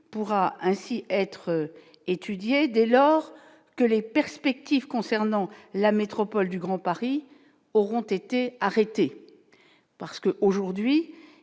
pourra ainsi être étudiée dès lors que les perspectives concernant la métropole du Grand Paris auront été arrêtées parce que, aujourd'hui,